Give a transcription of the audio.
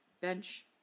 Bench